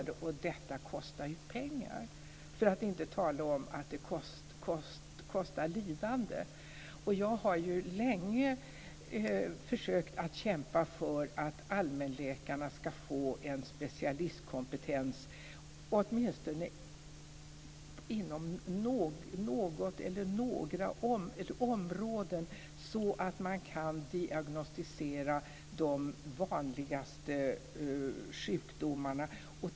Detta kostar pengar för att inte tala om lidande. Jag har länge försökt kämpa för att allmänläkarna ska få en specialistkompetens åtminstone inom något eller några områden, så att de kan diagnostisera de vanligaste sjukdomarna.